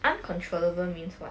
uncontrollable means what